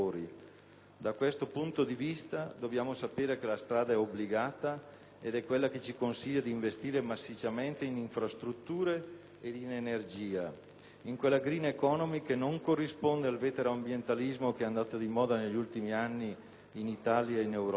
Da questo punto di vista, dobbiamo sapere che la strada è obbligata ed è quella che ci consiglia di investire massicciamente in infrastrutture e in energia, in quella *green economy* che non corrisponde al vetero-ambientalismo andato di moda negli ultimi anni in Italia e in Europa.